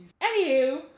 Anywho